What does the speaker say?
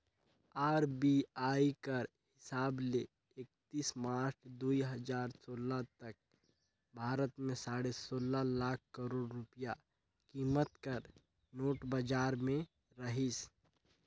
RBI कर हिसाब ले एकतीस मार्च दुई हजार सोला तक भारत में साढ़े सोला लाख करोड़ रूपिया कीमत कर नोट बजार में रहिस